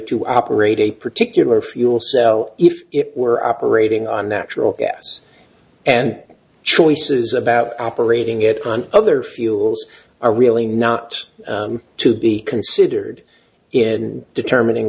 to operate a particular fuel cell if it were operating on natural gas and choices about operating it on other fuels are really not to be considered in determining